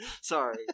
Sorry